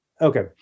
Okay